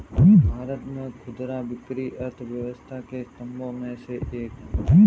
भारत में खुदरा बिक्री अर्थव्यवस्था के स्तंभों में से एक है